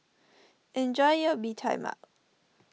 enjoy your Bee Tai Mak